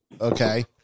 okay